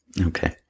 Okay